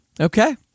Okay